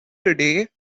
today